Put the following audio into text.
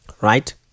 right